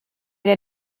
der